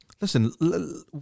Listen